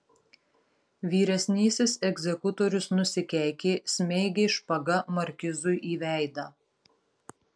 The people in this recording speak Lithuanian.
vyresnysis egzekutorius nusikeikė smeigė špaga markizui į veidą